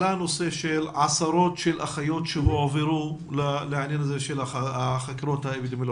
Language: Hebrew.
עלתה פה נקודה שעשרות אחיות הועברו לחקירות האפידמיולוגיות.